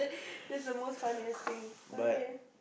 that's the most funniest thing okay